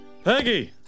Peggy